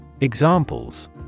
Examples